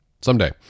someday